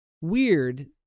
weird